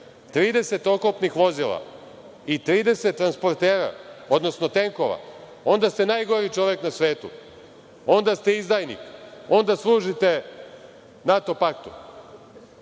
30 oklopnih vozila i 30 transportera, odnosno tenkova, onda ste najgori čovek na svetu, onda ste izdajnik, onda služite NATO paktu,